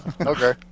Okay